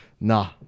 nah